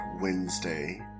Wednesday